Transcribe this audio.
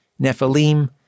Nephilim